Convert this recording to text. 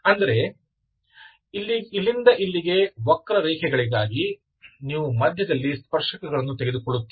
ಅಂದರೆ ಇಲ್ಲಿಂದ ಇಲ್ಲಿಗೆ ವಕ್ರರೇಖೆಗಳಿಗಾಗಿ ನೀವು ಮಧ್ಯದಲ್ಲಿ ಸ್ಪರ್ಶಕಗಳನ್ನು ತೆಗೆದುಕೊಳ್ಳುತ್ತೀರಿ